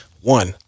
One